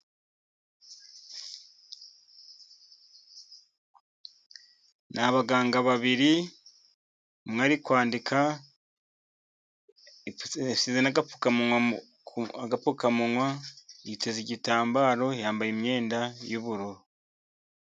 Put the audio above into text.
Ni abaganga babiri umwe ari kwandika, yambaye n'agapfukamunwa, yiteze igitambaro, yambaye imyenda y'ubururu.